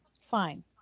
fine